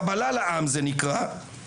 קבלה לעם זה נקרא,